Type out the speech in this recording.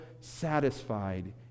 satisfied